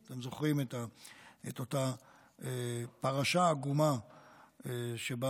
אתם זוכרים את אותה פרשה עגומה שבה